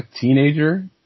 teenager –